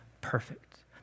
perfect